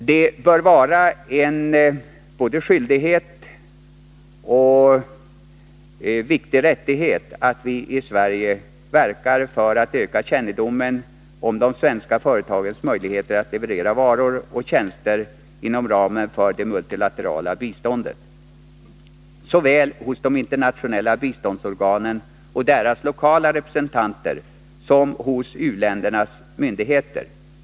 Det bör vara både en skyldighet och en viktig rättighet för oss i Sverige att verka för att öka kännedomen om de svenska företagens möjligheter att leverera varor och tjänster inom ramen för det multilaterala biståndet, såväl hos de internationella biståndsorganen och dessas lokalrepresentanter som hos u-ländernas myndigheter.